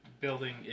building